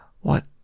What